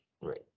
right